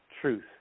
truth